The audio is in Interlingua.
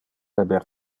haber